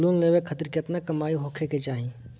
Loan लेवे खातिर केतना कमाई होखे के चाही?